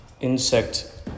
Insect